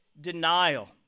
denial